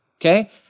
okay